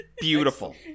beautiful